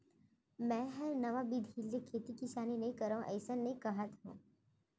मैं हर नवा बिधि ले खेती किसानी नइ करव अइसन नइ कहत हँव